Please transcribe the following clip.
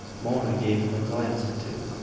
mona gave him a glance or two,